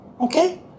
Okay